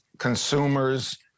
consumers